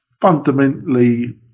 fundamentally